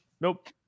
Nope